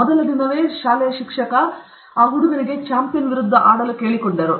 ಮೊದಲ ದಿನವೇ ಶಿಕ್ಷಕ ಶಾಲೆಯ ಚಾಂಪಿಯನ್ ವಿರುದ್ಧ ಆಡಲು ಕೇಳಿಕೊಂಡರು